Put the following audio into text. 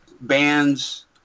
bands